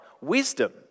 wisdom